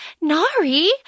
Nari